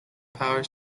power